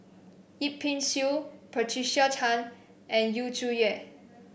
Yip Pin Xiu Patricia Chan and Yu Zhuye